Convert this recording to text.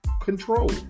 control